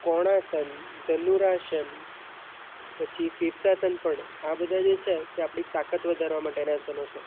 કોણાસન ધનુરાસન પછી શિર્શાસન પણ આ બધા જે છે તે આપની તાકાત વધારવા માટેના આસનો છે